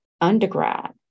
undergrad